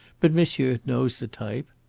but monsieur knows the type.